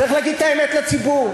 צריך להגיד את האמת לציבור.